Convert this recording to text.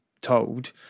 told